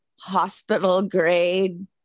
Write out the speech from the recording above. hospital-grade